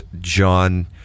John